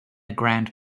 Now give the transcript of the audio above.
grand